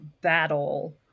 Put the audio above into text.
battle